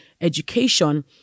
education